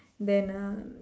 then uh